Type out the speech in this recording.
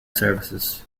services